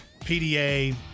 PDA